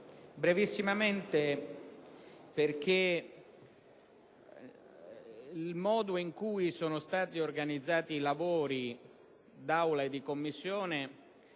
Presidente, il modo in cui sono stati organizzati i lavori d'Aula e di Commissione